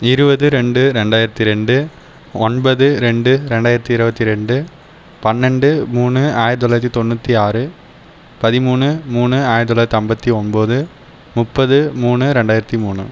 இருபது ரெண்டு ரெண்டாயிரத்து ரெண்டு ஒன்பது ரெண்டு ரெண்டாயிரத்து இருபத்தி ரெண்டு பன்னெண்டு மூணு ஆயிரத்து தொள்ளாயிரத்து தொண்ணூற்றி ஆறு பதிமூணு மூணு ஆயிரத்து தொள்ளாயிரத்தி ஐம்பத்தி ஒன்போது முப்பது மூணு ரெண்டாயிரத்தி மூணு